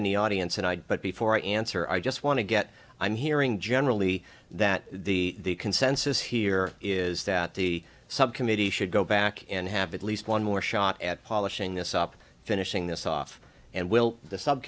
in the audience and i but before i answer i just want to get i'm hearing generally that the consensus here is that the subcommittee should go back and have at least one more shot at polishing this up finishing this off and will the sub